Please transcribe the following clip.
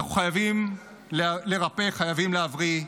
אנחנו חייבים לרפא, חייבים להבריא.